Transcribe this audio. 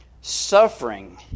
suffering